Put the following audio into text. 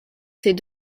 ces